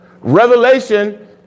revelation